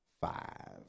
five